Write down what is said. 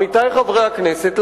עמיתי חברי הכנסת,